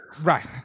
right